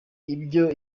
ibyo